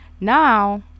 Now